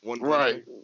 Right